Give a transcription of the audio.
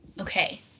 Okay